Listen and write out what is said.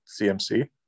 CMC